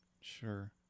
Sure